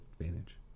advantage